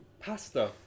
Pasta